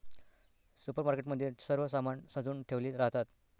supermarket मध्ये सर्व सामान सजवुन ठेवले राहतात